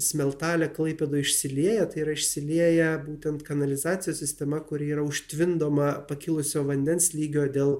smeltalė klaipėdoj išsilieja tai yra išsilieja būtent kanalizacijos sistema kuri yra užtvindoma pakilusio vandens lygio dėl